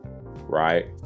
right